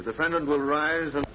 the defendant will rise